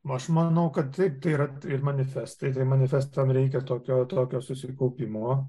aš manau kad taip tai yra ir manifestai tai manifestam reikia tokio tokio susikaupimo